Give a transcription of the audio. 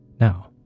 Now